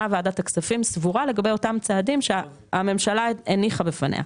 מה ועדת הכספים סבורה לגבי אותם צעדים שהממשלה הניחה בפניה.